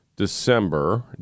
December